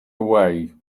away